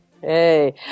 Hey